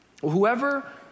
Whoever